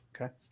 Okay